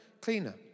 cleaner